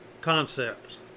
concepts